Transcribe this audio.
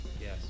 Yes